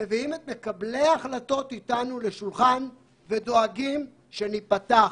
מביאים את מקבלי ההחלטות איתנו לשולחן ודואגים שניפתח?